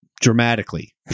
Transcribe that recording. dramatically